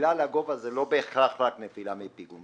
נפילה מגובה זה לא בהכרח רק נפילה מפיגום.